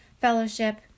fellowship